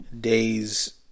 days